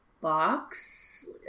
box